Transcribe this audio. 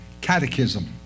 catechism